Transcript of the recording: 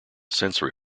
sensory